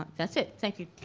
that's it, thank you.